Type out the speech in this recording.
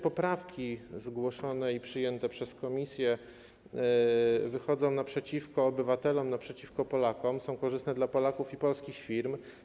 Poprawki zgłoszone i przyjęte przez komisję wychodzą naprzeciw obywatelom, naprzeciw Polakom, są korzystne dla Polaków i polskich firm.